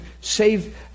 save